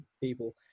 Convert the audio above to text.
people